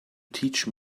teach